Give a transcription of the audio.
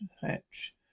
hatch